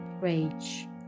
Rage